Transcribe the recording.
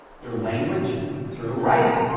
through language, through writing,